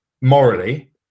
morally